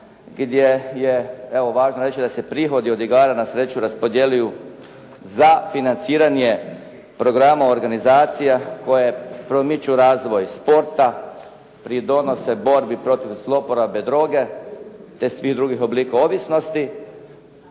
gdje je evo važno reći da se prihodi od igara na sreću raspodjeljuju za financiranje programa organizacija koje promiču razvoj sporta, pridonose borbi protiv zloporabe droge te svih druga oblika ovisnosti,